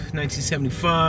1975